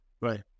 right